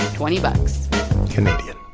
twenty bucks canadian